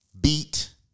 beat